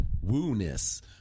woo-ness